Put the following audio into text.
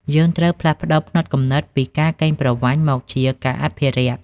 យើងត្រូវផ្លាស់ប្តូរផ្នត់គំនិតពី "ការកេងប្រវ័ញ្ច" មកជា "ការអភិរក្ស"។